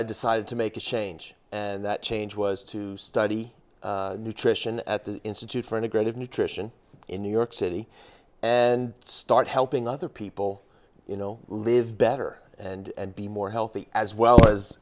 i decided to make a change and that change was to study nutrition at the institute for integrative nutrition in new york city and start helping other people you know live better and be more healthy as well as